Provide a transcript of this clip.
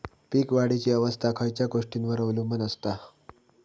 पीक वाढीची अवस्था खयच्या गोष्टींवर अवलंबून असता?